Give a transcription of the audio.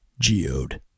geode